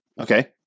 Okay